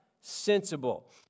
sensible